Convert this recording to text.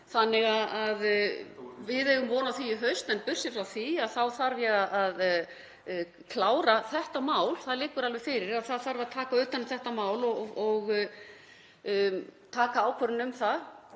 þannig að við eigum von á því í haust. En burt séð frá því þá þarf ég að klára þetta mál. Það liggur alveg fyrir að það þarf að taka utan um þetta mál og taka ákvörðun um það